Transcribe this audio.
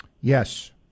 Yes